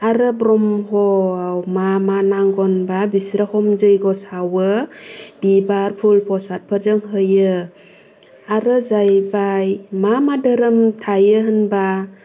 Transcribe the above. आरो ब्रह्मआव मा मा नांगौ होनब्ला बिस्रा जग्य सावो एबा फुल फ्रसाद फोरजों होयो आरो जाहैबाय मा मा धोरोम थायो होनब्ला